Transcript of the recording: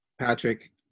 Patrick